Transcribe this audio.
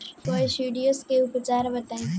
Coccidiosis के उपचार बताई?